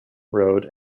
road